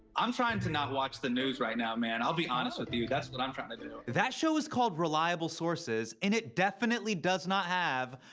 i'm trying to not watch the news right now, man. i'll be honest with you. that's what i'm trying to do. that show is called reliable sources. and it definitely does not have.